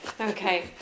Okay